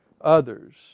others